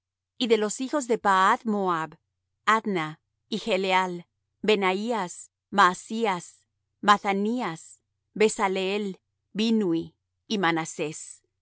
y de los hijos de pahath moab adna y chleal benaías maasías mathanías besaleel binnui y manasés